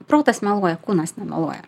protas meluoja kūnas nemeluoja